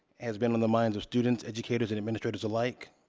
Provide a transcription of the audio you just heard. has been on the minds of students, educators, and administrators alike.